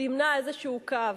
סימנה איזשהו קו.